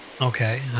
Okay